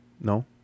No